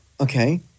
Okay